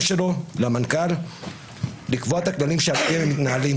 שלו לקבוע את הכללים שעל פיהם מתנהלים.